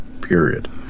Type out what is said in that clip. period